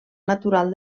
natural